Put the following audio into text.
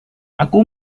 aku